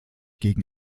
gegen